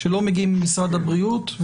שלא מגיעים ממשרד הבריאות,